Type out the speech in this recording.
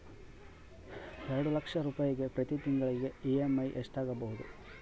ಎರಡು ಲಕ್ಷ ರೂಪಾಯಿಗೆ ಪ್ರತಿ ತಿಂಗಳಿಗೆ ಇ.ಎಮ್.ಐ ಎಷ್ಟಾಗಬಹುದು?